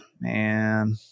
man